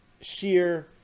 sheer